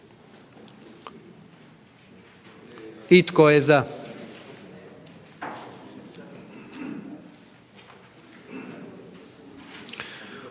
Tko je za?